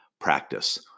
practice